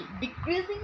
decreasing